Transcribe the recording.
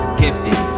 gifted